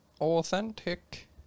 Authentic